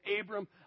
Abram